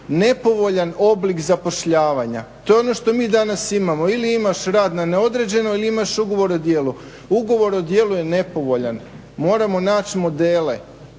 nepovoljan oblik zapošljavanja, to je ono što mi danas imamo ili imaš rad na neodređeno ili imaš ugovor o djelu. Ugovor o djelu je nepovoljan. Moramo naći modele